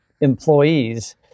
employees